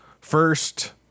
first